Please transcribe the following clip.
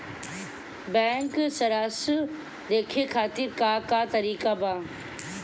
Bank सराश देखे खातिर का का तरीका बा?